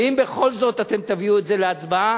ואם בכל זאת אתם תביאו את זה להצבעה,